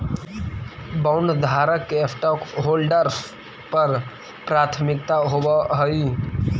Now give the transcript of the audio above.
बॉन्डधारक के स्टॉकहोल्डर्स पर प्राथमिकता होवऽ हई